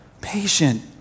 patient